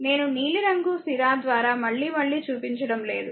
నేను నీలి రంగు సిరా ద్వారా మళ్లీ మళ్లీ చూపించడం లేదు